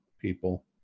people